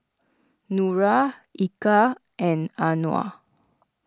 Nura Eka and Anuar